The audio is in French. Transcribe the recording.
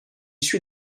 suis